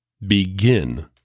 begin